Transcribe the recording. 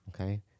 Okay